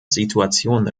situation